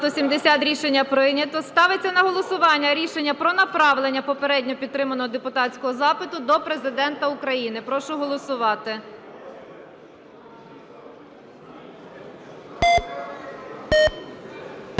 Рішення прийнято. Ставиться на голосування рішення про направлення попередньо підтриманого депутатського запиту до Президента України. Прошу голосувати.